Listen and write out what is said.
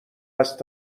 است